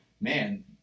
man